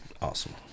awesome